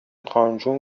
خانجون